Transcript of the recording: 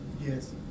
Yes